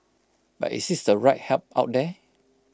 but is this the right help out there